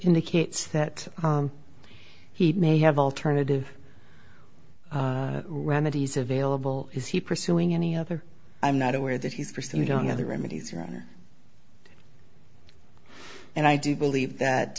indicates that he may have alternative remedies available is he pursuing any other i'm not aware that he's pursued we don't have the remedies your honor and i do believe that